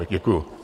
Děkuju.